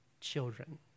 children